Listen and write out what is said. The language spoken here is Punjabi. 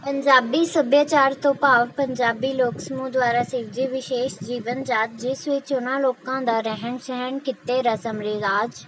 ਪੰਜਾਬੀ ਸੱਭਿਆਚਾਰ ਤੋਂ ਭਾਵ ਪੰਜਾਬੀ ਲੋਕ ਸਮੂਹ ਦੁਆਰਾ ਸਿਰਜੇ ਵਿਸ਼ੇਸ਼ ਜੀਵਨ ਜਾਂਚ ਜਿਸ ਵਿੱਚ ਉਨ੍ਹਾਂ ਲੋਕਾਂ ਦਾ ਰਹਿਣ ਸਹਿਣ ਕਿੱਤੇ ਰਸਮ ਰਿਵਾਜ